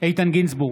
איתן גינזבורג,